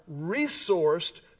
resourced